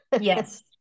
Yes